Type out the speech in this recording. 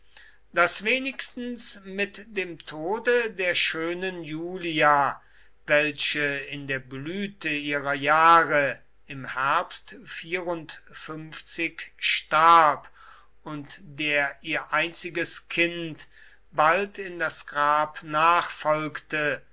daß wenigstens mit dem tode der schönen julia welche in der blüte ihrer jahre im herbst starb und der ihr einziges kind bald in das grab